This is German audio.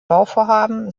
bauvorhaben